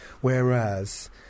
Whereas